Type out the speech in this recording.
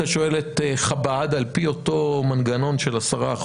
שואל את חב"ד על פי אותו מנגנון של 10%,